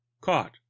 caught